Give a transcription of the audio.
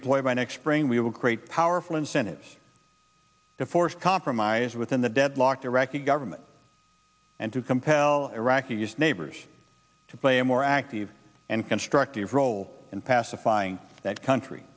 redeploy by next spring we will create powerful incentives to force compromise within the deadlocked iraqi government and to compel iraqi its neighbors to play a more active and constructive role in pacifying that country